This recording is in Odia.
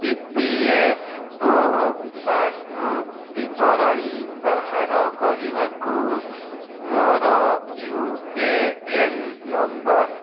ଇପିଏଫ୍ଓ ପାସବୁକ୍ ବିବରଣୀ ବାହାର କରିବାକୁ ମୋର ୟୁଏଏନ୍ ନମ୍ବର